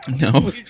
No